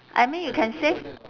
I mean you can save